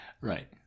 Right